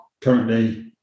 currently